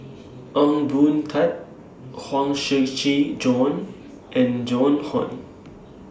Ong Boon Tat Huang Shiqi Joan and Joan Hon